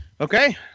Okay